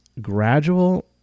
gradual